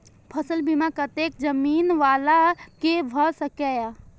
फसल बीमा कतेक जमीन वाला के भ सकेया?